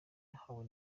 ahawe